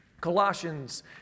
Colossians